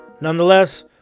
Nonetheless